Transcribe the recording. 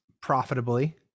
profitably